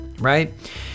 right